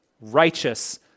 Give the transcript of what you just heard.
righteous